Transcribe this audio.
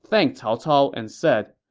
thanked cao cao, and said,